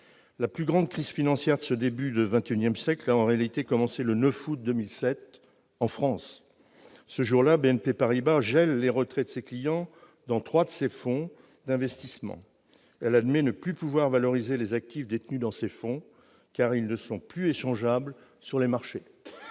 La plus grande crise financière de ce début de XXI siècle a en réalité commencé le 9 août 2007 en France. Ce jour-là, BNP Paribas gelait les retraits de ses clients dans trois de ses fonds d'investissement. Elle admettait ne plus pouvoir valoriser les actifs détenus dans ces fonds, car ils n'étaient plus échangeables sur les marchés.